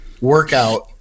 workout